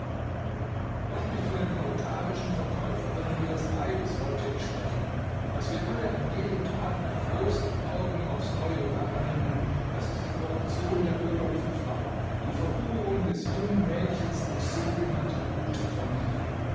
doch nicht von den proletarischen verkäuferinnen ihres leibes wollte ich sprechen was wir alle an jedem tag mit großen augen aufs neue wahrnehmen das ist die korruption der bürgerlichen frau die verhurung des jungen mädchens aus sogenannter guter familie